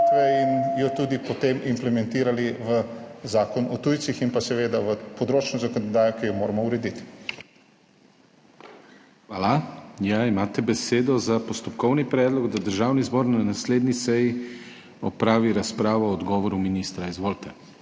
in jo tudi potem implementirali v Zakon o tujcih in seveda v področno zakonodajo, ki jo moramo urediti. PODPREDSEDNIK DANIJEL KRIVEC: Hvala. Imate besedo za postopkovni predlog, da Državni zbor na naslednji seji opravi razpravo o odgovoru ministra. Izvolite.